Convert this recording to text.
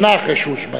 שנה אחרי שהושבעת.